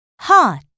hot